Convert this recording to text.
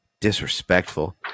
Disrespectful